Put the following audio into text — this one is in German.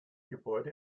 gebäude